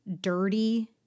dirty